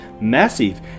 massive